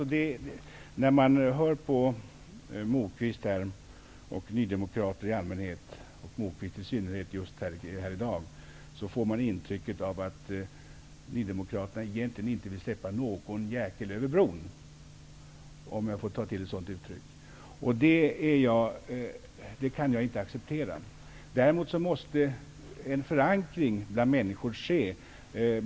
Fru talman! När man lyssnar på nydemokrater i allmänhet och här i dag på Moquist i synnerhet, får man intrycket att nydemokraterna egentligen inte vill släppa någon jäkel över bron, om jag får ta till ett sådant uttryck. Det kan jag inte acceptera. Däremot måste en förankring bland människor ske.